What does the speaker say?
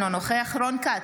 אינו נוכח רון כץ,